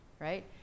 right